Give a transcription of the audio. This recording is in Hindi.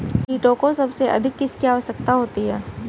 कीटों को सबसे अधिक किसकी आवश्यकता होती है?